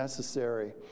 Necessary